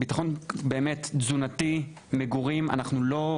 בטחון תזונתי, מגורים, באמת.